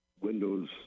Windows